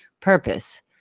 purpose